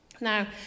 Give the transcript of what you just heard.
Now